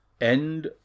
End